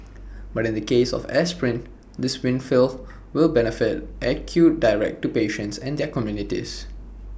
but in the case of aspirin this windfall will benefits accrue directly to patients and their communities